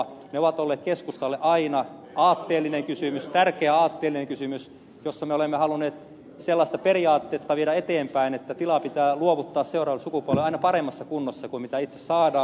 ne ovat olleet keskustalle aina aatteellinen kysymys tärkeä aatteellinen kysymys jossa me olemme halunneet sellaista periaatetta viedä eteenpäin että tila pitää luovuttaa seuraavalle sukupolvelle aina paremmassa kunnossa kuin missä se itse saadaan